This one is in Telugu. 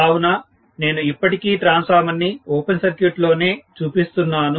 కావున నేను ఇప్పటికీ ట్రాన్స్ఫార్మర్ ని ఓపెన్ సర్క్యూట్ లోనే చూపిస్తున్నాను